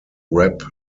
rep